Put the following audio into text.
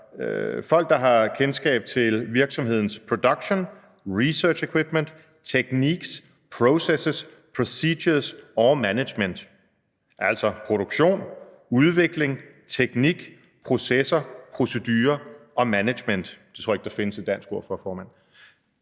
folk, der har kendskab til virksomhedens »production, research equipment, techniques, processes, procedures or management.« Det er altså produktion, udvikling, teknik, processer, procedurer og management. Det sidste tror jeg ikke der findes et dansk ord for, formand.